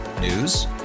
News